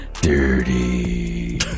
Dirty